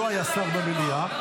לא היה שר במליאה,